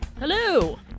Hello